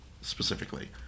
specifically